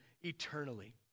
eternally